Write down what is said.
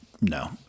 no